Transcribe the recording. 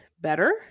better